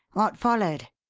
what followed?